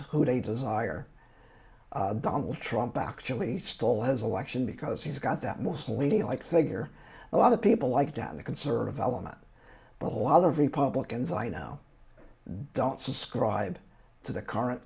they desire donald trump actually stole his election because he's got that most leading like figure a lot of people like down the conservative element but a lot of republicans i know don't subscribe to the current